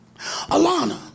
Alana